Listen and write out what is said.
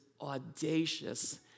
audacious